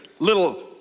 little